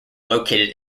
located